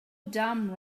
dumb